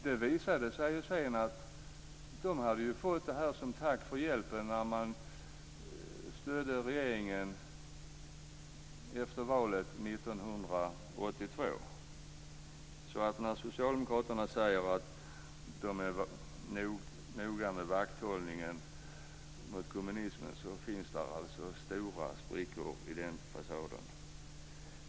Det visade sig sedan att de hade fått det som tack för hjälpen när man stödde regeringen efter valet 1982. När socialdemokraterna säger att de är noga med vakthållningen mot kommunismen finns där alltså stora sprickor i fasaden.